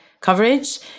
coverage